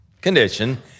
condition